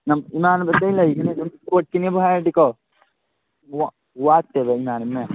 ꯏꯃꯥꯟꯅꯕ ꯑꯇꯩ ꯂꯩꯔꯤꯁꯤꯅ ꯑꯗꯨꯝ ꯏꯁꯄꯣꯔꯠꯀꯤꯅꯦꯕꯨ ꯍꯥꯏꯔꯗꯤꯀꯣ ꯋꯥꯠꯇꯦꯕ ꯏꯃꯥꯟꯅꯕ ꯃꯌꯥꯝ